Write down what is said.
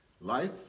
Life